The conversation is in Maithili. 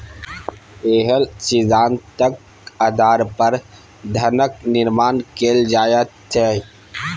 इएह सिद्धान्तक आधार पर धनक निर्माण कैल जाइत छै